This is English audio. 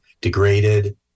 degraded